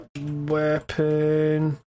Weapon